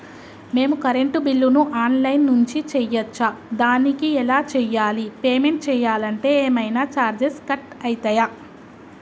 మేము కరెంటు బిల్లును online నుంచి చేయచ్చా? దానికి ఎలా చేయాలి? పేమెంట్ చేయాలంటే ఏమైనా చార్జెస్ కట్ అయితయా?